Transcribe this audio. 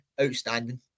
outstanding